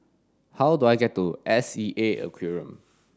how do I get to S E A Aquarium